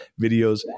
videos